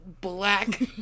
black